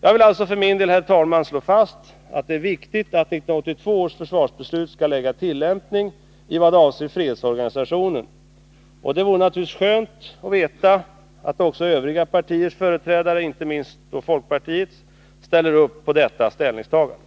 Jag vill alltså för min del slå fast att det är viktigt att 1982 års försvarsbeslut skall äga tillämpning i vad avser fredsorganisationen. Det vore naturligtvis skönt att veta att också övriga partiers företrädare, inte minst folkpartiets, ställer upp bakom detta ställningstagande.